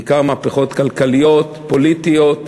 בעיקר מהפכות כלכליות ופוליטיות,